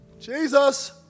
Jesus